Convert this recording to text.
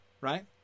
right